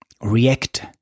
react